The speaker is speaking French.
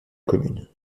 commune